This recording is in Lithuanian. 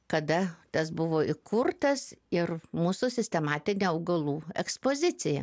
kada tas buvo įkurtas ir mūsų sistematinė augalų ekspozicija